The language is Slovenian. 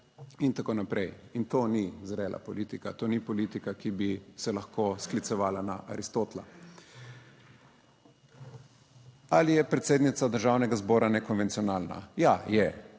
in tako naprej in to ni zrela politika, to ni politika, ki bi se lahko sklicevala na Aristotela. Ali je predsednica Državnega zbora nekonvencionalna? Ja, je.